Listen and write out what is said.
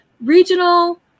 regional